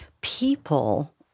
people